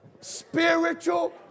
Spiritual